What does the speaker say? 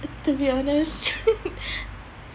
to be honest